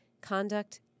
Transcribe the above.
conduct